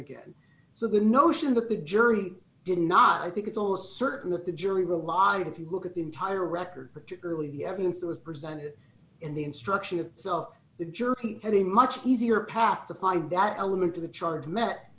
again so the notion that the jury did not i think it's almost certain that the jury relied if you look at the entire record particularly the evidence that was presented in the instruction of sell the jerky had a much easier path to find that element of the charge met